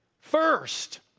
first